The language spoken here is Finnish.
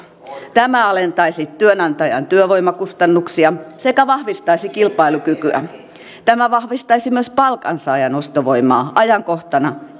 tämä alentaisi työnantajan työvoimakustannuksia sekä vahvistaisi kilpailukykyä tämä vahvistaisi myös palkansaajan ostovoimaa ajankohtana